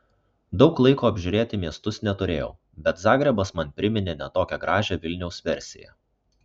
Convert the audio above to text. daug laiko apžiūrėti miestus neturėjau bet zagrebas man priminė ne tokią gražią vilniaus versiją